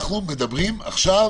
אנחנו מדברים עכשיו